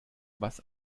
was